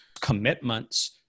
commitments